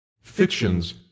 Fictions